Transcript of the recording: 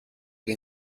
que